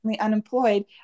unemployed